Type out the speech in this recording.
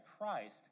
Christ